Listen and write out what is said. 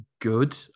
good